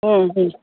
ହୁଁ ହୁଁ